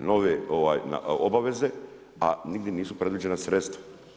nove obaveze a nigdje nisu predviđena sredstva.